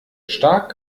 stark